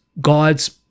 God's